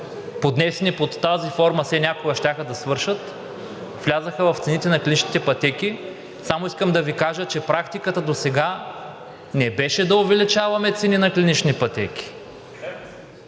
поднесени под тази форма, все някога щяха да свършат, влязоха в цените на клиничните пътеки. Само искам да Ви кажа, че практиката досега не беше да увеличаваме цени на клинични пътеки